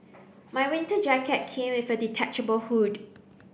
my winter jacket came with a detachable hood